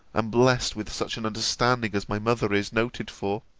and blessed with such an understanding as my mother is noted for,